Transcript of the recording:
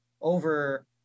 over